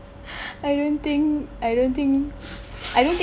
I don't think I don’t think I don’t think